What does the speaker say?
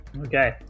Okay